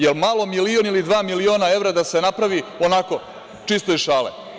Je li malo milion ili dva miliona evra da se napravi onako čisto iz šale?